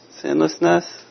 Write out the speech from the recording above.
Sinlessness